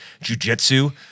jujitsu